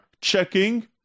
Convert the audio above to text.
checking